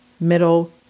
middle